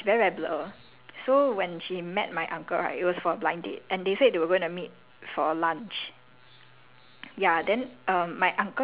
err she my aunt very like bad at directions [one] like she very very blur so when she met my uncle right it was for a blind date and they said they were going to meet